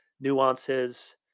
nuances